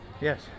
Yes